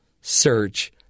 search